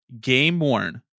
game-worn